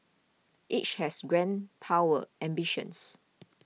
each has grand power ambitions